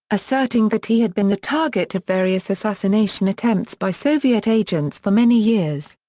asserting that he had been the target of various assassination attempts by soviet agents for many years.